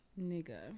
Nigga